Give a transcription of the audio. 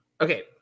okay